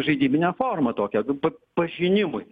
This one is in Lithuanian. žaidybine forma tokia p pažinimui